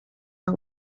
are